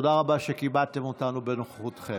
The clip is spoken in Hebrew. תודה רבה על שכיבדתם אותנו בנוכחותכם.